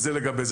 זה לגבי זה.